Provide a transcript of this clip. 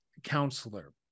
Counselor